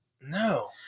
No